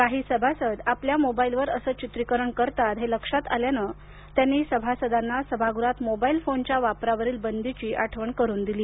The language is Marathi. काही सभासद आपल्या मोबाईलवर असे चित्रीकरण करतात हे वारंवार लक्षात आल्याने त्यांनी सभासदांना सभागृहात मोबाईल फोनच्या वापरावरील बंदीची आठवण करून दिली